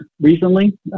recently